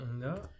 No